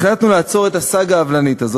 החלטנו לעצור את הסאגה העוולנית הזאת